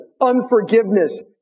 unforgiveness